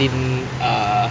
didn't ah